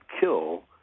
kill